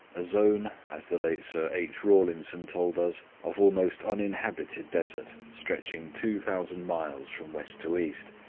a zone as the late sir h. rawlinson told us of almost uninhabited desert, stretching two thousand miles from west to east,